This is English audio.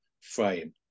frame